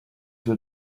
will